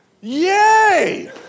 Yay